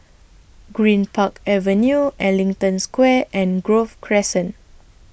Greenpark Avenue Ellington Square and Grove Crescent